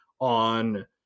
on